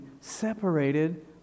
separated